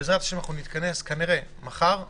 בעזרת השם נתכנס כנראה מחר בבוקר,